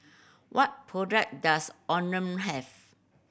what product does Omron have